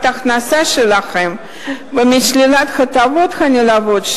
ההכנסה שלהם ומשלילת ההטבות הנלוות,